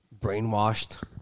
Brainwashed